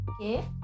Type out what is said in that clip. Okay